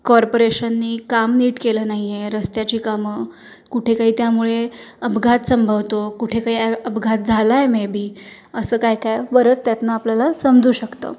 कॉर्पोरेशनने काम नीट केलं नाही आहे रस्त्याची कामं कुठे काही त्यामुळे अपघात संभवतो कुठे काही ए अपघात झाला आहे मे बी असं काय काय बरंच त्यातून आपल्याला समजू शकतं